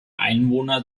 einwohner